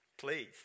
Please